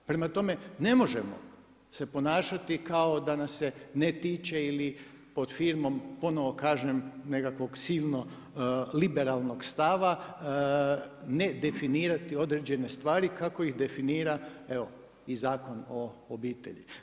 Prema tome ne možemo se ponašati kao da nas se ne tiče ili pod firmo, ponovno kažem nekakvog silnog liberalnog stava, ne definirati određene stvari, kako ih definira evo i Zakon o obitelji.